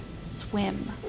swim